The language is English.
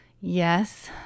Yes